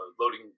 loading